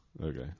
Okay